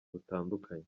butandukanye